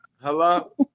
Hello